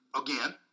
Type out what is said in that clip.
again